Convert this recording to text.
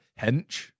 hench